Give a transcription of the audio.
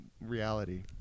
reality